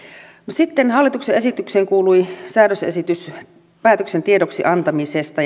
sitten hallituksen esitykseen kuului säädösesitys päätöksen tiedoksi antamisesta